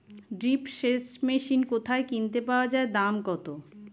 Drip সেচ machine কোথায় কিনতে পাওয়া যায় দাম কত?